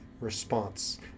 response